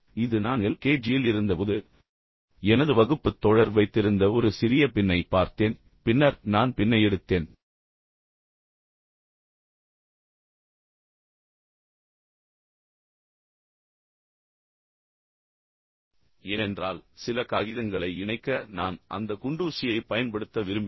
இது நான் L K ஜியில் இருந்தபோது எனது வகுப்புத் தோழர் வைத்திருந்த ஒரு சிறிய பின்னை பார்த்தேன் பின்னர் நான் பின்னை எடுத்தேன் ஏனென்றால் சில காகிதங்களை இணைக்க நான் அந்த குண்டூசியை பயன்படுத்த விரும்பினேன்